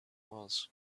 was